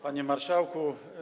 Panie Marszałku!